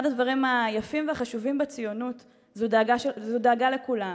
אחד הדברים היפים והחשובים בציונות הוא דאגה לכולם,